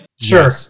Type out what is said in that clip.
Sure